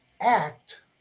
act